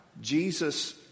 Jesus